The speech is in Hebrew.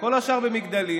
כל השאר במגדלים.